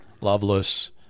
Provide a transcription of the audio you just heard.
loveless